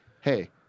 hey